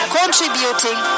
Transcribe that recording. contributing